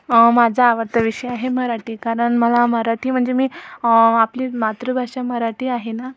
माझा आवडता विषय आहे मराठी कारण मला मराठी म्हणजे मी आपली मातृभाषा मराठी आहे ना